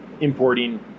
importing